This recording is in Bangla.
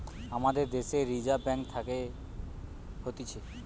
আমাদের দ্যাশের রিজার্ভ ব্যাঙ্ক থাকে হতিছে